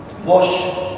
Wash